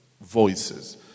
voices